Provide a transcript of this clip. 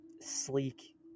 sleek